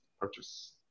purchase